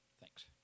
Thanks